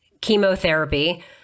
chemotherapy